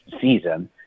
season